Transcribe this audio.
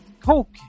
Coke